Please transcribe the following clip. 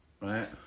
right